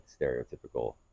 stereotypical